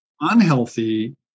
unhealthy